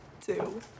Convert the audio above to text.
two